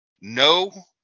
No